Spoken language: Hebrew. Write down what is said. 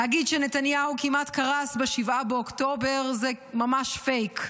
להגיד שנתניהו כמעט קרס ב-7 באוקטובר זה ממש פייק.